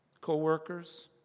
co-workers